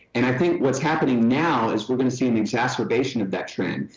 and i think what's happening now is we've been seeing an exacerbation of that trend.